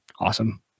awesome